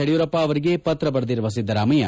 ಯಡಿಯೂರಪ್ಪ ಅವರಿಗೆ ಪತ್ರ ಬರೆದಿರುವ ಸಿದ್ದರಾಮಯ್ಯ